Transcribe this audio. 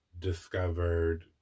discovered